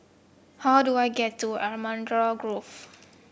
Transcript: how I do I get to Allamanda Grove